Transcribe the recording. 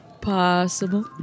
possible